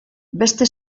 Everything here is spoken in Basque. beste